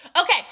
Okay